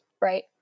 Right